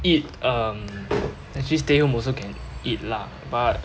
eat um actually stay home also can eat lah but